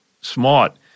Smart